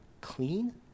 clean